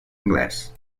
anglès